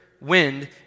wind